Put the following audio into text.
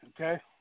okay